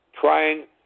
trying